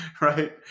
right